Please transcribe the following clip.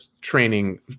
training